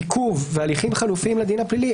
עיכוב והליכים חלופיים לדין הפלילי,